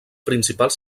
principals